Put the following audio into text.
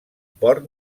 port